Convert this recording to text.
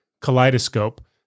Kaleidoscope